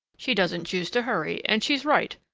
she doesn't choose to hurry, and she's right.